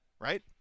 right